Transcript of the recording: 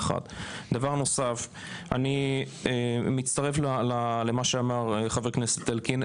אני מצטרף לדבריו של חבר הכנסת אלקין.